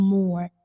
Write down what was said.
more